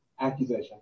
accusation